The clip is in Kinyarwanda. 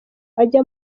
ajye